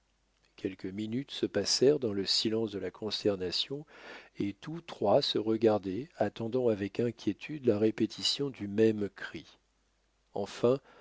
quelques minutes se passèrent dans le silence de la consternation et tous trois se regardaient attendant avec inquiétude la répétition du même cri enfin